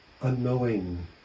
unknowing